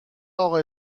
اقا